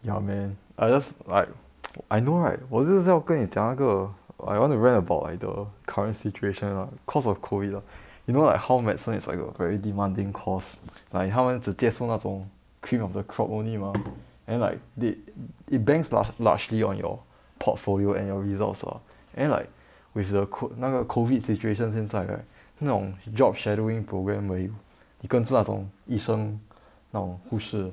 ya man I just like I know like 我就是要跟你讲那个 I want to rant about like the current situation lah cause of COVID lah you know like how medicine is like a very demanding course like 他们只接受那种 cream of the crop only mah then like it it banks largely on your portfolio and your results lah then like with the co~ 那个 COVID situation 现在 right 那种 job shadowing programme where 你跟着那种医生那种护士